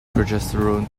progesterone